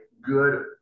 good